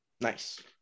Nice